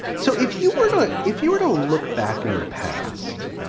so if you were to if you were to look back in your past,